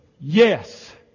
Yes